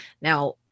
Now